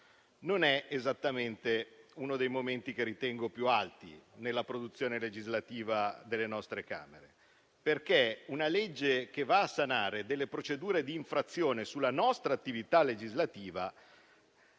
non è esattamente uno dei momenti che ritengo più alti nella produzione legislativa delle nostre Camere. Ciò perché una legge che va a sanare delle procedure di infrazione sulla nostra attività legislativa